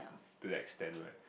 to that extent right